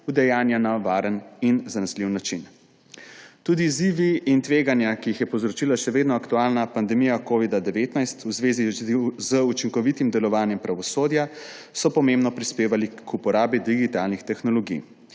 udejanja na varen in zanesljiv način. Tudi izzivi in tveganja, ki jih je povzročila še vedno aktualna pandemija covida-19 v zvezi z učinkovitim delovanjem pravosodja, so pomembno prispevali k uporabi digitalnih tehnologij.